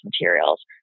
materials